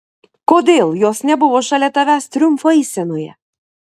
kodėl jos nebuvo šalia tavęs triumfo eisenoje